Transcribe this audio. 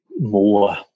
more